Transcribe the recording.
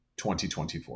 2024